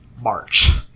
March